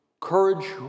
courage